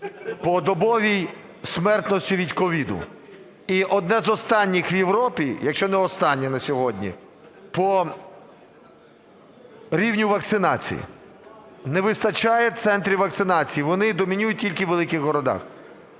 по добовій смертності від COVID, і одне з останніх в Європі, якщо не останнє на сьогодні, по рівню вакцинації. Не вистачає центрів вакцинації, вони домінують тільки у великих городах.